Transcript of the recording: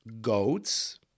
goats